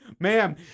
ma'am